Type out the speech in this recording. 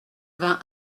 vingt